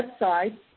website